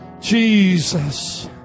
Jesus